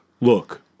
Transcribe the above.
Look